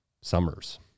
summers